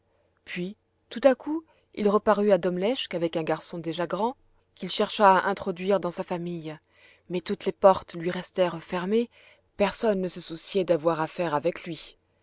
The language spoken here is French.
puis tout à coup il reparut à domleschg avec un garçon déjà grand qu'il chercha à introduire dans sa famille mais toutes les portes lui restèrent fermées personne ne se souciait d'avoir affaire avec lui